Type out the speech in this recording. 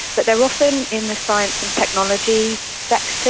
but they are often in the science and technology sectors,